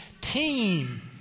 team